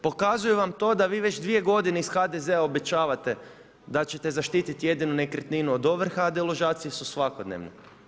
Pokazuju vam to da vi već 2 godine iz HDZ-a obećavate da ćete zaštiti jedinu nekretninu od ovrha a deložacije su svakodnevne.